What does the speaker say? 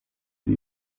wie